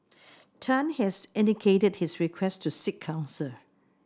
Tan has indicated his request to seek counsel